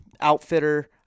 outfitter